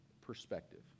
perspective